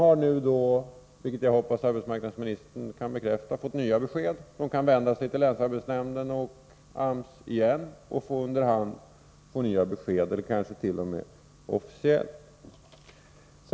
Man har nu, vilket jag hoppas att arbetsmarknadsministern kan bekräfta, fått nya besked. Man kan vända sig till länsarbetsnämnden och AMS igen och under hand få nya besked. Herr talman!